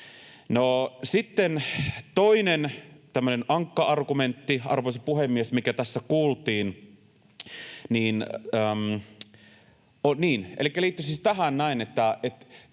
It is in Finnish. toinen tämmöinen ankka-argumentti, arvoisa puhemies, mikä tässä kuultiin, liittyi siis tähän näin, että